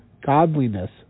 godliness